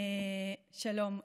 שלום.